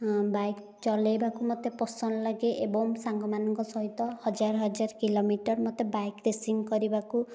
bike ଚଲେଇବାକୁ ମୋତେ ପସନ୍ଦ ଲାଗେ ଏବଂ ସାଙ୍ଗମାନଙ୍କ ସହିତ ହଜାର ହଜାର କିଲୋମିଟର ମୋତେ ବାଇକ୍ ରେସିଂ କରିବାକୁ